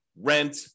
rent